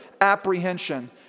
apprehension